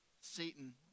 Satan